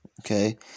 Okay